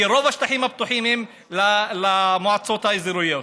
ורוב השטחים הפתוחים הם של המועצות האזוריות.